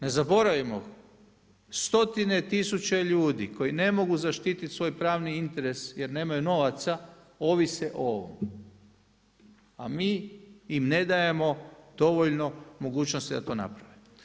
Ne zaboravimo stotine tisuća ljudi koji ne mogu zaštiti svoj pravni interes jer nemaju novaca ovise o ovome a mi im ne dajemo dovoljno mogućnosti da to naprave.